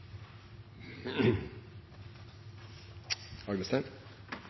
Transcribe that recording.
nei?